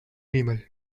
minimal